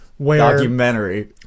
Documentary